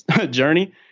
journey